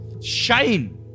Shine